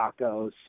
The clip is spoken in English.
tacos